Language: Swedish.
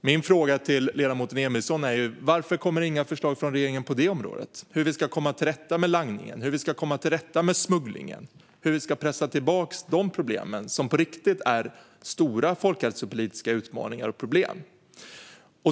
Mina frågor till ledamoten Emilsson är därför: Varför kommer det inga förslag från regeringen på hur vi ska komma till rätta med langningen och smugglingen och hur vi ska pressa tillbaka detta som på riktigt är stora folkhälsopolitiska utmaningar och problem?